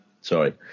Sorry